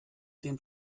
dem